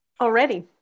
already